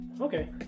Okay